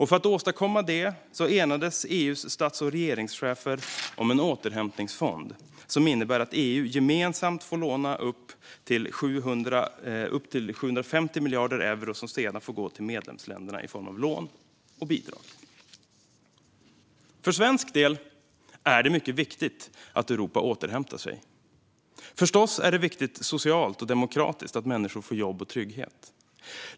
För att åstadkomma det enades EU:s stats och regeringschefer om en återhämtningsfond som innebär att EU gemensamt får låna upp till 750 miljarder euro som sedan får gå till medlemsländerna i form av lån och bidrag. För svensk del är det mycket viktigt att Europa återhämtar sig. Det är förstås viktigt socialt och demokratiskt att människor får jobb och trygghet.